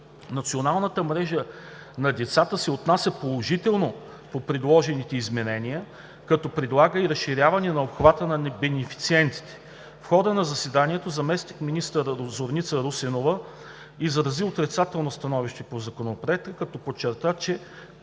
Националната мрежа на децата се отнася положително по предложените изменения, като предлага и разширяване на обхвата на бенефициентите. В хода на заседанието заместник-министър Зорница Русинова изрази отрицателно становище по Законопроекта, като подчерта, че